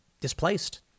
displaced